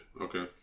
okay